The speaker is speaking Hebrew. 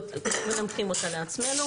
שאנחנו מנמקים אותה לעצמנו.